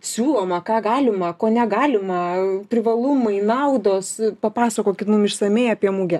siūloma ką galima ko negalima privalumai naudos papasakokit mum išsamiai apie mugę